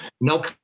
no